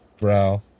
brow